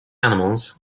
animals